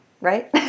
right